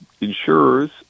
insurers